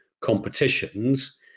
competitions